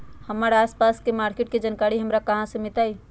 हमर आसपास के मार्किट के जानकारी हमरा कहाँ से मिताई?